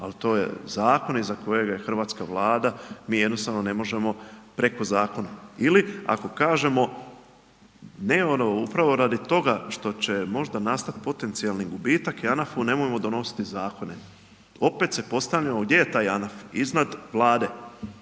ali to je zakon iza kojega je hrvatska Vlada, mi jednostavno ne možemo preko zakona. Ili ako kažemo ne ono, upravo radi toga što će možda nastati potencijalni gubitak JANAF-u nemojmo donositi zakona. Opet se postavljamo gdje je taj JANAF, iznad Vlade.